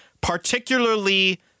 particularly